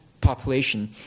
population